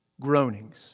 groanings